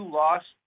lost